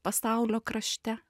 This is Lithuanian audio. pasaulio krašte